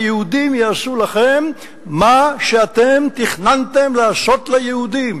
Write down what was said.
שהיהודים יעשו לכם מה שאתם תכננתם לעשות ליהודים.